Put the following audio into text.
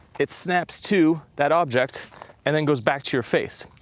it snaps to that object and then goes back to your face.